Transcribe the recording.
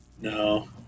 No